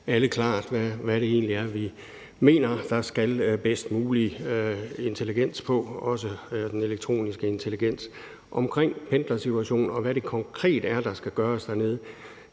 alle klart, hvad det egentlig er, vi mener. Der skal bedst mulig intelligens på, også den elektroniske intelligens. Med hensyn til pendlersituationen, og hvad det konkret er, der skal gøres dernede,